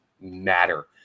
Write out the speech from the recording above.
matter